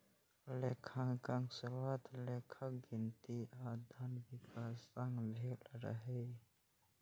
लेखांकनक शुरुआत लेखन, गिनती आ धनक विकास संग भेल रहै